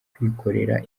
kwikorera